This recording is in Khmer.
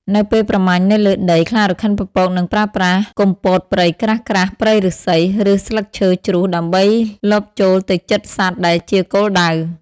នៅពេលប្រមាញ់នៅលើដី ខ្លារខិនពពកនឹងប្រើប្រាស់ គុម្ពោតព្រៃក្រាស់ៗ ព្រៃឫស្សី ឬស្លឹកឈើជ្រុះ ដើម្បីលបចូលទៅជិតសត្វដែលជាគោលដៅ។